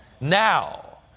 Now